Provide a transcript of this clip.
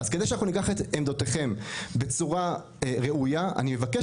אז כדי שניקח את עמדותיכם בצורה ראויה אני מבקש